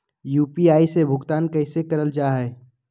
UPI से भुगतान कैसे कैल जहै?